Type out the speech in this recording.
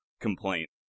complaint